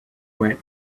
went